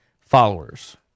followers